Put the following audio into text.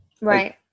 Right